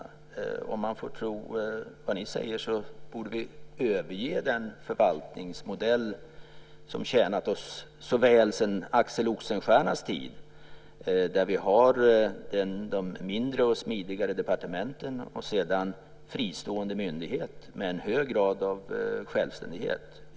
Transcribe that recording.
Om man får tro vad ni säger borde vi överge den förvaltningsmodell som tjänat oss så väl sedan Axel Oxenstiernas tid, där vi har de mindre och smidigare departementen och sedan fristående myndigheter med en hög grad av självständighet.